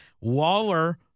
Waller